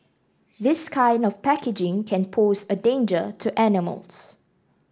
this kind of packaging can pose a danger to animals